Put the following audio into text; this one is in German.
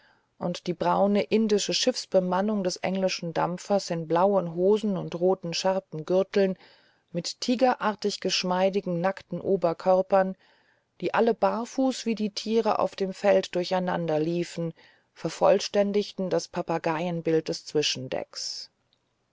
und die braune indische schiffsbemannung des englischen dampfers in blauen hosen und roten schärpengürteln mit tigerartig geschmeidigen nackten oberkörpern und die alle barfuß wie die tiere auf dem feld durcheinanderliefen vervollständigten das papageienbild des zwischendecks